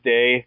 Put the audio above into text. Day